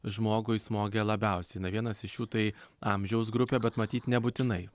žmogui smogia labiausiai na vienas iš jų tai amžiaus grupė bet matyt nebūtinai